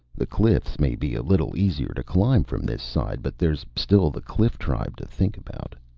the cliffs may be a little easier to climb from this side, but there's still the cliff tribe to think about.